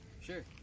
Sure